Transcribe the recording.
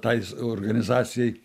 tai organizacijai